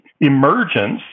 emergence